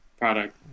product